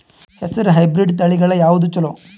ಹೆಸರ ಹೈಬ್ರಿಡ್ ತಳಿಗಳ ಯಾವದು ಚಲೋ?